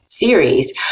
series